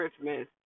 Christmas